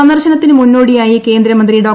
സന്ദർശനത്തിന് മുന്നോടിയായി കേന്ദ്രമന്ത്രി ഡോ